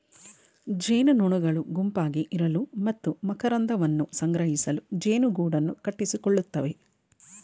ಜೇನುನೊಣಗಳು ಗುಂಪಾಗಿ ಇರಲು ಮತ್ತು ಮಕರಂದವನ್ನು ಸಂಗ್ರಹಿಸಲು ಜೇನುಗೂಡನ್ನು ಕಟ್ಟಿಕೊಳ್ಳುತ್ತವೆ